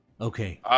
okay